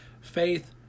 faith